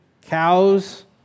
cows